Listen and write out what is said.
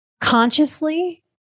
Consciously